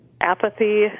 apathy